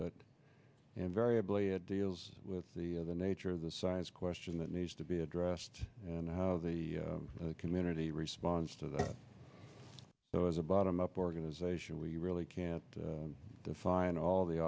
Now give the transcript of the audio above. but invariably it deals with the the nature of the science question that needs to be addressed and how the community responds to the so as a bottom up organization we really can't define all the